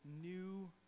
new